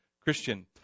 Christian